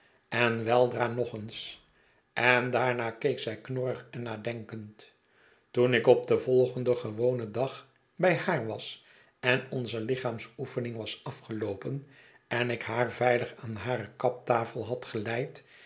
en weldra nog eens en daarna keek zij knorrig en nadenkend toen ik op den volgenden gewonen dag bij haar was en onze lichaamsoefening was afgeloopen en ik haar veilig aan hare kaptafel had geleid